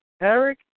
Eric